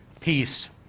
peace